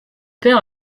père